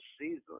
season